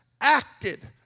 acted